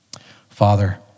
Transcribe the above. Father